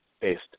based